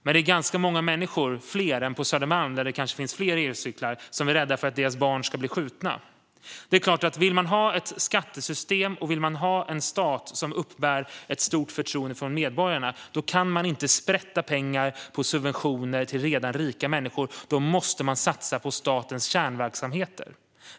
Men det är ganska många fler än på Södermalm, där det kanske finns fler elcyklar, som är rädda för att deras barn ska bli skjutna. Det är klart att om man vill ha en stat och ett skattesystem som uppbär ett stort förtroende hos medborgarna, då kan man inte sprätta pengar på subventioner till redan rika människor. Då måste man i stället satsa på statens kärnverksamheter.